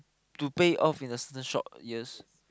to pay off in a certain short years